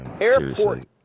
Airport